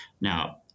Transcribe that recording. Now